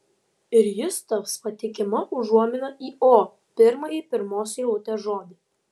ir jis taps patikima užuomina į o pirmąjį pirmos eilutės žodį